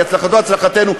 כי הצלחתו הצלחתנו,